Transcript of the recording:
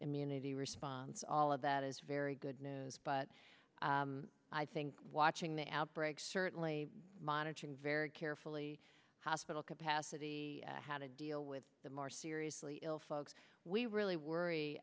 immunity response all of that is very good news but i think watching the outbreak certainly monitoring very carefully hospital capacity how to deal with the more seriously ill folks we really worry